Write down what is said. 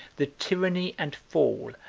the tyranny and fall,